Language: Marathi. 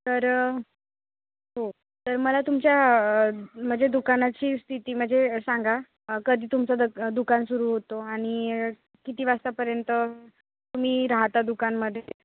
तर हो तर मला तुमच्या म्हणजे दुकानाची स्थिती म्हणजे सांगा कधी तुमचं दक दुकान सुरु होतो आणि किती वाजतापर्यंत तुम्ही राहता दुकानामध्ये